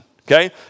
okay